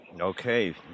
Okay